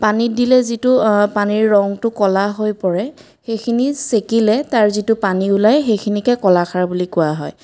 পানীত দিলে যিটো পানীৰ ৰঙটো ক'লা হৈ পৰে সেইখিনি চেকিলে তাৰ যিটো পানী ওলাই সেইখিনিকে কলাখাৰ বুলি কোৱা হয়